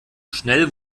schnell